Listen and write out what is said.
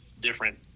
different